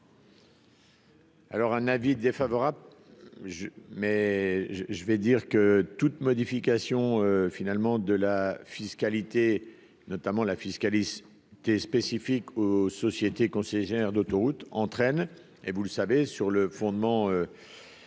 Alors un avis défavorable je mais je, je vais dire que toute modification finalement de la fiscalité, notamment la fiscalité qui est spécifique aux sociétés gère d'autoroute entraîne et vous le savez, sur le fondement